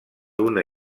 una